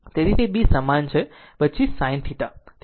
તેથી તે B સમાન છે પછી sin θ